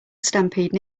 stampede